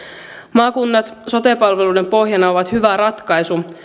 maakunnat sote palveluiden pohjana ovat hyvä ratkaisu